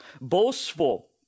boastful